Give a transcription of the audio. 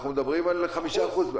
אנחנו מדברים על אחוז.